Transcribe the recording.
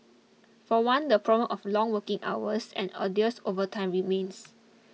for one the problem of long working hours and arduous overtime remains